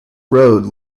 road